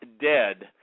dead